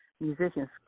musicians